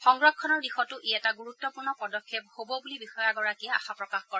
সংৰক্ষণৰ দিশতো ই এটা গুৰুত্বপূৰ্ণ পদক্ষেপ হ'ব বুলি বিষয়াগৰাকীয়ে আশা প্ৰকাশ কৰে